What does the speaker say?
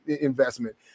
investment